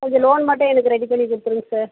கொஞ்சம் லோன் மட்டும் எனக்கு ரெடி பண்ணி கொடுத்துடுங்க சார்